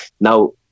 now